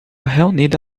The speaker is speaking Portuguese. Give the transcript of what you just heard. reunida